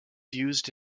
used